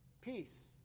peace